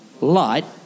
light